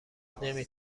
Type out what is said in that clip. نمی